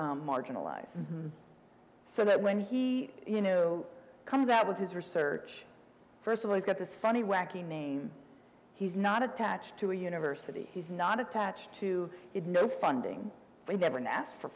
marginalize so that when he you know comes out with his research first of all he's got this funny wacky name he's not attached to a university he's not attached to it no funding we never know asked for